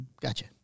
gotcha